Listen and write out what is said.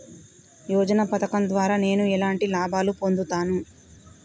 యోజన పథకం ద్వారా నేను ఎలాంటి లాభాలు పొందుతాను?